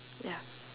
ya